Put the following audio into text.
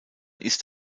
ist